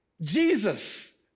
Jesus